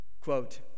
quote